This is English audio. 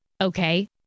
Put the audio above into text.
okay